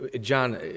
John